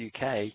UK